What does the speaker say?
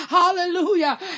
Hallelujah